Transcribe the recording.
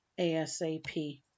ASAP